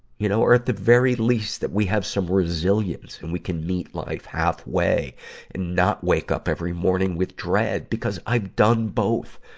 you know. or, at the very least, that we have some resilience and that we can meet life half way and not wake up every morning with dread. because i've done both.